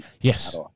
Yes